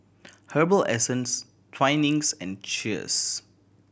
Herbal Essences Twinings and Cheers